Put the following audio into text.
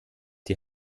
die